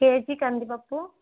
KG కందిపప్పు